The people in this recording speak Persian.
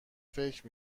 فکر